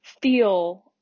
feel